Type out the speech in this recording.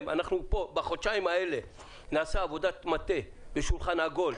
שבחודשים האלה נעשה עבודת מטה בשולחן עגול,